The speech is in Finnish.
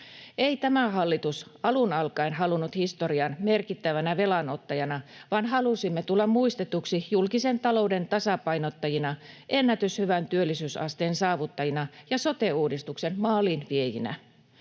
Ei tämä hallitus alun alkaen halunnut historiaan merkittävänä velanottajana, vaan halusimme tulla muistetuksi julkisen talouden tasapainottajina, ennätyshyvän työllisyysasteen saavuttajina ja sote-uudistuksen maaliin viejinä.